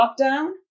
lockdown